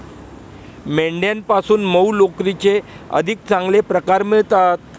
मेंढ्यांपासून मऊ लोकरीचे अधिक चांगले प्रकार मिळतात